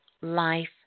life